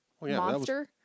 monster